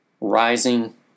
rising